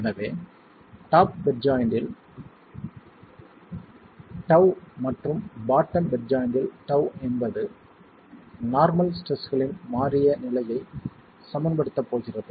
எனவே top bed ஜாய்ண்ட்டில் τ மற்றும் பாட்டம் பெட் ஜாய்ண்ட்டில் τ என்பது நார்மல் ஸ்ட்ரெஸ்களின் மாறிய நிலையை சமன்படுத்தப் போகிறது